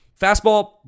Fastball